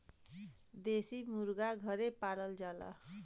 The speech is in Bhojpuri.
देसी मुरगा घरे पालल जाला